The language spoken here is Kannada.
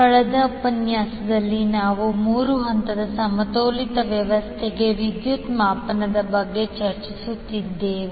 ಕಳೆದ ಉಪನ್ಯಾಸದಲ್ಲಿ ನಾವು ಮೂರು ಹಂತದ ಸಮತೋಲಿತ ವ್ಯವಸ್ಥೆಗೆ ವಿದ್ಯುತ್ ಮಾಪನದ ಬಗ್ಗೆ ಚರ್ಚಿಸುತ್ತಿದ್ದೇವೆ